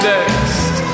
Next